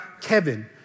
Kevin